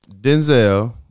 Denzel